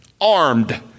armed